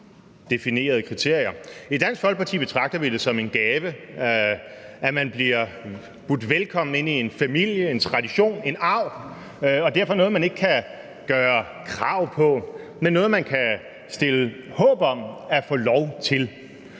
betragter vi det som en gave, at man bliver budt velkommen ind i en familie, en tradition, en arv, og derfor er det noget, man ikke kan gøre krav på, men noget, man kan gøre sig håb om at få lov til